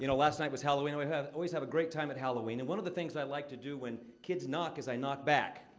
you know last night was halloween. we always have a great time at halloween, and one of the things i like to do when kids knock is i knock back.